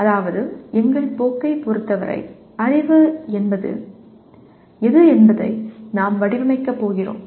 அதாவது எங்கள் போக்கைப் பொறுத்தவரை அறிவு எது என்பதை நாம் வடிவமைக்கப் போகிறோம்